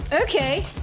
Okay